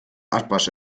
abwasch